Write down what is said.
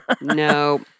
No